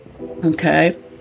okay